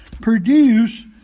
produce